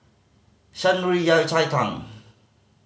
Shan Rui Yao Cai Tang